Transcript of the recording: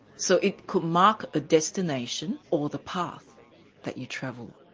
so it could mark a destination or the path that you travel.